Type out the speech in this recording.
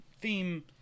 theme